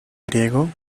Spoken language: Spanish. griego